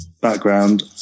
background